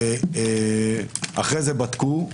אחרי זה בדקו.